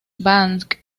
banks